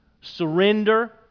surrender